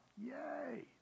Yay